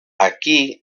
aquí